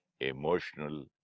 emotional